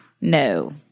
No